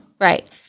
Right